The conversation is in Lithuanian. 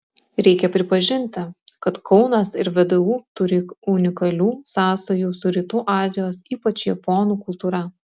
reikia pripažinti kad kaunas ir vdu turi unikalių sąsajų su rytų azijos ypač japonų kultūra